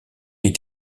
est